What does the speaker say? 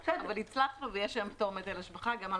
אבל הצלחנו ויש היום פטור מהיטל השבחה גם על